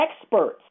experts